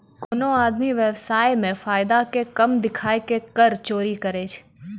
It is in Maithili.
कोनो आदमी व्य्वसाय मे फायदा के कम देखाय के कर चोरी करै छै